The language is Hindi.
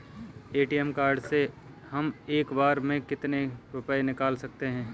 ए.टी.एम कार्ड से हम एक बार में कितने रुपये निकाल सकते हैं?